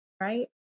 right